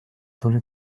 tuli